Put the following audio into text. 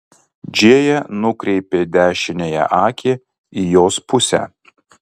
džėja nukreipė dešiniąją akį į jos pusę